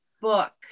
book